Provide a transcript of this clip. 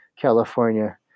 California